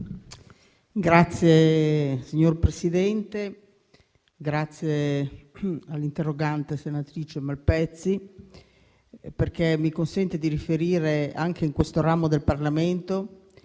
merito*. Signor Presidente, ringrazio l'interrogante, senatrice Malpezzi, perché mi consente di riferire anche in questo ramo del Parlamento